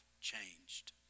changed